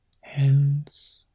hands